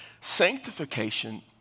Sanctification